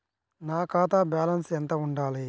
నా ఖాతా బ్యాలెన్స్ ఎంత ఉండాలి?